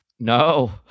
No